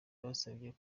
basabye